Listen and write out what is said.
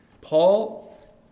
Paul